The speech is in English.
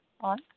On